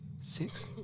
Six